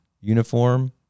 uniform